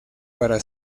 para